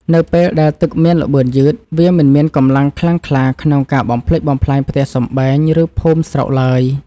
នៅពេលដែលទឹកមានល្បឿនយឺតវាមិនមានកម្លាំងខ្លាំងក្លាក្នុងការបំផ្លិចបំផ្លាញផ្ទះសម្បែងឬភូមិស្រុកឡើយ។នៅពេលដែលទឹកមានល្បឿនយឺតវាមិនមានកម្លាំងខ្លាំងក្លាក្នុងការបំផ្លិចបំផ្លាញផ្ទះសម្បែងឬភូមិស្រុកឡើយ។